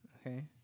Okay